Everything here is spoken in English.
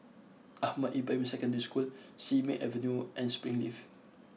Ahmad Ibrahim Secondary School Simei Avenue and Springleaf